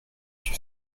une